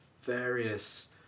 various